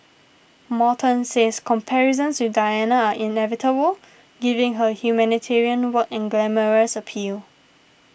Morton says comparisons with Diana are inevitable given her humanitarian work and glamorous appeal